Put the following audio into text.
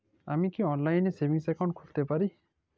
আমি কি অনলাইন এ সেভিংস অ্যাকাউন্ট খুলতে পারি?